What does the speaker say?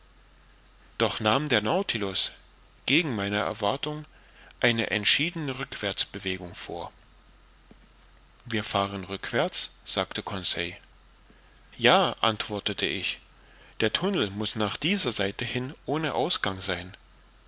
doch nahm der nautilus gegen meine erwartung eine entschiedene rückwärtsbewegung vor wir fahren rückwärts sagte conseil ja antwortete ich der tunnel muß nach dieser seite hin ohne ausgang sein